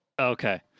Okay